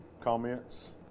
comments